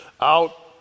out